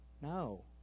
No